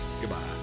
Goodbye